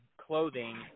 clothing